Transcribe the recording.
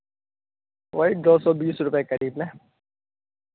वही दो सौ रुपये करीब में